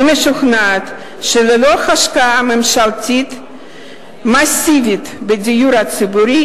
אני משוכנעת שללא השקעה ממשלתית מסיבית בדיור הציבורי,